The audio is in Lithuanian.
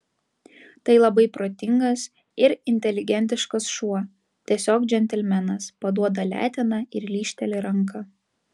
tai labai protingas ir inteligentiškas šuo tiesiog džentelmenas paduoda leteną ir lyžteli ranką